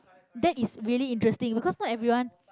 that is really interesting because not everyone